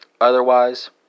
Otherwise